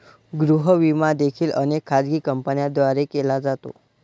गृह विमा देखील अनेक खाजगी कंपन्यांद्वारे केला जातो